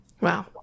Wow